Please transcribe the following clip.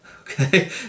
Okay